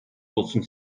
olsun